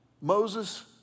Moses